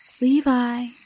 Levi